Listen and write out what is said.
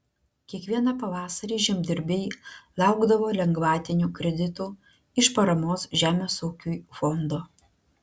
kiekvieną pavasarį žemdirbiai laukdavo lengvatinių kreditų iš paramos žemės ūkiui fondo